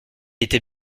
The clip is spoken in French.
était